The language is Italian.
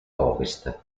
ovest